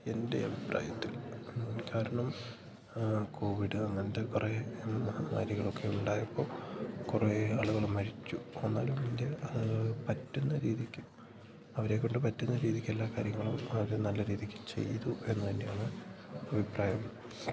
എൻ്റെ അഭിപ്രായത്തിൽ കാരണം കോവിഡ് അങ്ങനത്തെ കുറെ മഹാമാരികളൊക്കെ ഉണ്ടായപ്പോൾ കുറെ ആളുകള് മരിച്ചു ഒന്നാലും ഇന്ത്യ അത് പറ്റുന്ന രീതിക്ക് അവരെക്കൊണ്ട് പറ്റുന്ന രീതിക്ക് എല്ലാ കാര്യങ്ങളും അവര് നല്ല രീതിക്ക് ചെയ്തു എന്ന് തന്നെയാണ് അഭിപ്രായം